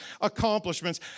accomplishments